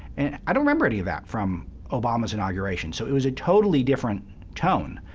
and i don't remember any of that from obama's inauguration. so it was a totally different tone.